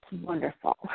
wonderful